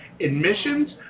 admissions